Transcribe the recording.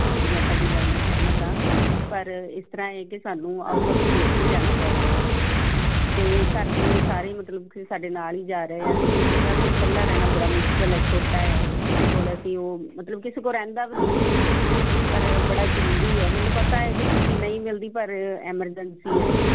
ਹਾਂਜੀ ਮੈਂ ਤੁਹਾਡੀ ਗੱਲ ਨਾਲ ਸਹਿਮਤ ਹਾਂ ਪਰ ਇਸ ਤਰ੍ਹਾਂ ਇਹ ਕਿ ਸਾਨੂੰ ਆਊਟ ਆਫ ਸਟੇਸ਼ਨ ਜਾਣਾ ਪੈ ਰਿਹਾ ਹੈ ਅਤੇ ਘਰ ਦੇ ਸਾਰੇ ਮਤਲਬ ਕਿ ਸਾਡੇ ਨਾਲ ਹੀ ਜਾ ਰਹੇ ਆ ਅਤੇ ਬੇਟੇ ਦਾ ਫਿਰ ਇਕੱਲਾ ਰਹਿਣਾ ਬੜਾ ਮੁਸ਼ਕਿਲ ਹੈ ਛੋਟਾ ਆ ਕਿਸੇ ਕੋਲ ਅਸੀਂ ਉਹ ਮਤਲਬ ਕਿਸੇ ਕੋਲ ਰਹਿੰਦਾ ਵੀ ਨਹੀਂ ਹੈ ਪਰ ਬੜਾ ਜਰੂਰੀ ਹੈ ਮੈਨੂੰ ਪਤਾ ਹੈ ਕਿ ਛੁੱਟੀ ਨਹੀਂ ਮਿਲਦੀ ਪਰ ਐਮਰਜੈਂਸੀ ਹੈ